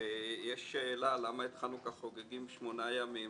ויש שאלה למה את חנוכה חוגגים שמונה ימים